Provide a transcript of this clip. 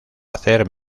hacer